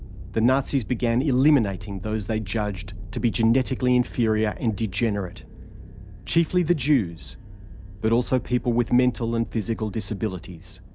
the nazis began eliminating those they judged to be genetically inferior and degenerate chiefly the jews but also people with mental and physical disabilities,